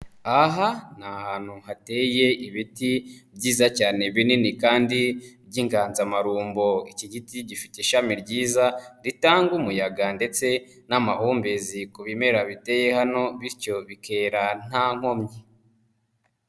Aha ni ahantu hateye ibiti byiza cyane binini kandi by'inganzamarumbo, iki giti gifite ishami ryiza ritanga umuyaga ndetse n'amahumbezi ku bimera biteye hano bityo bikera nta nkomyi.